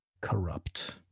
corrupt